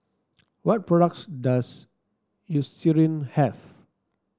what products does Eucerin have